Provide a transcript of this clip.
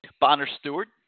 Bonner-Stewart